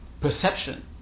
perception